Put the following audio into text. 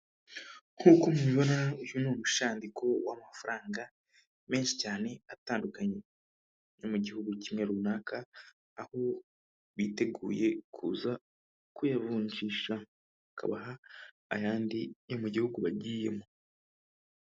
Nkuko mubibona uyu ni umushandiko w'amafaranga menshi cyane atandukanye yo mu gihugu kimwe runaka aho biteguye kuza kuyavunjisha bakabaha ayandi yo mu gihugu bagiyemo.